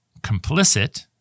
complicit